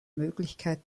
möglichkeit